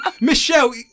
Michelle